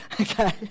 okay